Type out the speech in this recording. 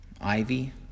ivy